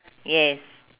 yes